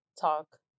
Talk